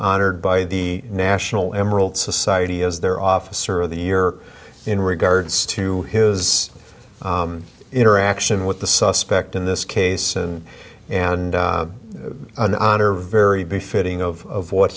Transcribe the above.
honored by the national emerald society is their officer of the year in regards to his interaction with the suspect in this case and and an honor very befitting of what